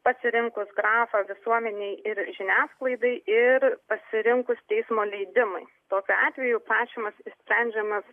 pasirinkus grafą visuomenei ir žiniasklaidai ir pasirinkus teismo leidimai tokiu atveju prašymas išsprendžiamas